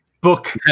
book